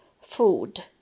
food